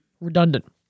Redundant